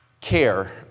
care